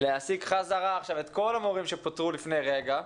להעסיק בחזרה עכשיו את כל המורים שפוטרו לפני רגע,